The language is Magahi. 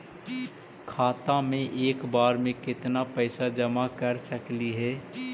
खाता मे एक बार मे केत्ना पैसा जमा कर सकली हे?